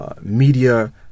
media